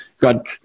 god